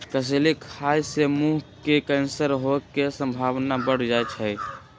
कसेली खाय से मुंह के कैंसर होय के संभावना बढ़ जाइ छइ